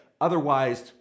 otherwise